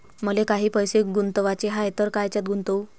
मले काही पैसे गुंतवाचे हाय तर कायच्यात गुंतवू?